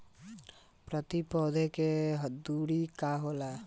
प्रति पौधे के दूरी का होला?